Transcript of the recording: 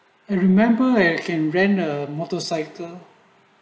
and remember i can render motorcycle